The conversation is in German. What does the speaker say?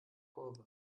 kurve